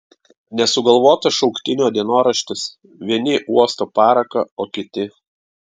nesugalvotas šauktinio dienoraštis vieni uosto paraką o kiti